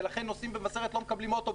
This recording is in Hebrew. ולכן נוסעים במבשרת לא מקבלים אוטובוס.